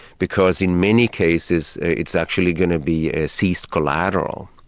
because in many cases, it's actually going to be ah seized collateral.